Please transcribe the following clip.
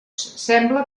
sembla